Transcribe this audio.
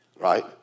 right